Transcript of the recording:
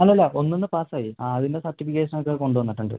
അല്ല അല്ല ഒന്നിൽനിന്ന് പാസ് ആയി ആ അതിൻ്റെ സർട്ടിഫിക്കേഷൻ ഒക്കെ കൊണ്ട് വന്നിട്ടുണ്ട്